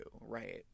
Right